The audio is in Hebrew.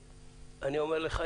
אני אומר לך,